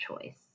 choice